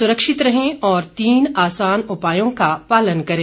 सुरक्षित रहें और इन तीन आसान उपायों का पालन करें